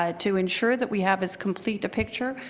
ah to ensure that we have as complete a picture,